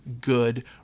good